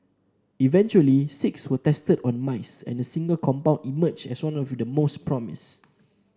eventually six were tested on mice and a single compound emerged as the one with the most promise